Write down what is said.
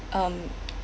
um